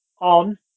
on